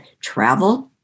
travel